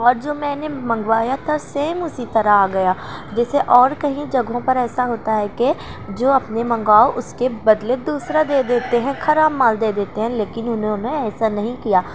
اور جو میں نے منگوایا تھا سیم اسی طرح آ گیا جیسے اور کہیں جگہوں پر ایسا ہوتا ہے کہ جو اپنے منگواؤ اس کے بدلے دوسرا دیتے ہیں خراب مال دے دیتے ہیں لیکن انہوں نے ایسا نہیں کیا